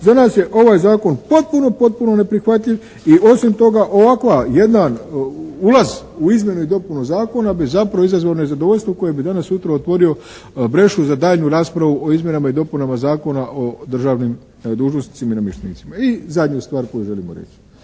za nas je ovaj zakon potpuno, potpuno neprihvatljiv i osim toga ovakav jedan ulaz u izmjenu i dopunu zakona bi zapravo izazvao nezadovoljstvo koje bi danas-sutra otvorio …/Govornik se ne razumije./… za daljnju raspravu o izmjenama i dopunama Zakona o državnim dužnosnicima i namještenicima. I zadnju stvar koju želimo reći.